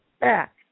back